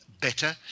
better